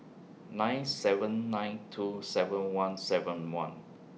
nine seven nine two seven one seven one